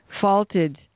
faulted